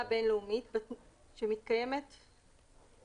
בין-לאומית שמתקיימים בו כל התנאים האלה:"